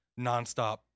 nonstop